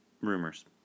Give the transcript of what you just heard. rumors